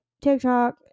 TikTok